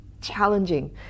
challenging